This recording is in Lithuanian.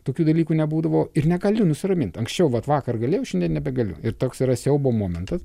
tokių dalykų nebūdavo ir negaliu nusiramint anksčiau vat vakar galėjau šiandien nebegaliu ir toks yra siaubo momentas